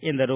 ಎಂದರು